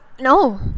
no